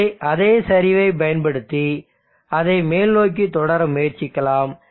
எனவே அதே சரிவைப் பயன்படுத்தி அதை மேல்நோக்கித் தொடர முயற்சிக்கலாம்